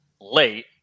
late